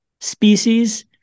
species